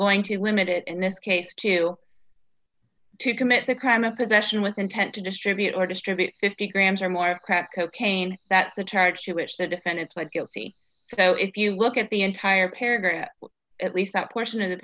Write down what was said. going to limit it in this case to to commit the crime of possession with intent to distribute or distribute fifty grams or more of crack cocaine that's the charge to which the defendant pled guilty so if you look at the entire paragraph at least that portion of th